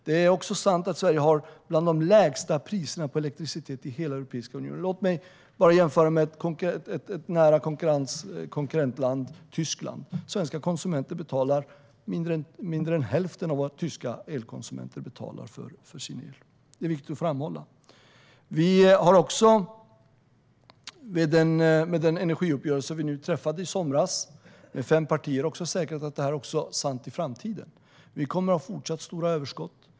Det är även sant att Sverige har bland de lägsta priserna på elektricitet i hela Europeiska unionen. Låt mig bara jämföra med ett nära konkurrentland, Tyskland. Svenska konsumenter betalar mindre än hälften av vad tyska elkonsumenter betalar för sin el. Även det är viktigt att framhålla. Med den energiuppgörelse som vi träffade i somras med fem partier har vi säkrat att det här också kommer att vara sant i framtiden. Vi kommer fortsatt att ha stora överskott.